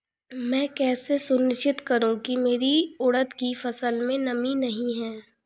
मैं कैसे सुनिश्चित करूँ की मेरी उड़द की फसल में नमी नहीं है?